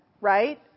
right